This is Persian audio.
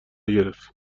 گرفت